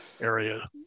area